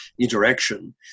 interaction